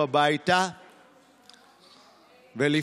אינו נוכח,